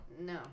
No